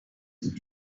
ghost